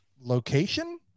location